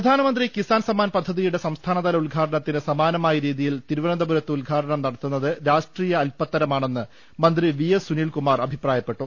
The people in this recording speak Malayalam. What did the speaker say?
പ്രധാനമന്ത്രി കിസാൻ സമ്മാൻ പദ്ധതിയുടെ സംസ്ഥാനതല ഉദ്ഘാടനത്തിന് സമാന രീതിയിൽ തിരുവനന്തപുരത്ത് ഉദ്ഘാടനം നടത്തുന്നത് രാഷ്ട്രീയ അല്പത്തരമാണെന്ന് മന്ത്രി വി എസ് സുനിൽ കുമാർ അഭിപ്രായപ്പെട്ടു